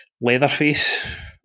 Leatherface